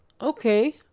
Okay